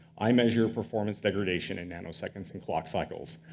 i measure performance degradation in nanoseconds and clock cycles.